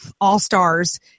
all-stars